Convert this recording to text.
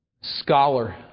scholar